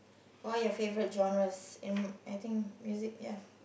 what are you favorite genres in I think music ya